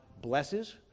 blesses